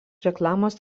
reklamos